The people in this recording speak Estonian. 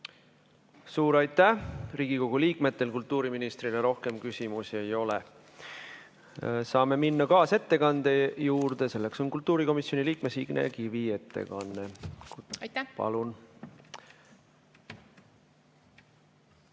Suur aitäh! Riigikogu liikmetel kultuuriministrile rohkem küsimusi ei ole. Saame minna kaasettekande juurde, selleks on kultuurikomisjoni liikme Signe Kivi ettekanne. Palun!